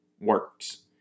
works